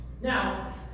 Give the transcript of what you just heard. Now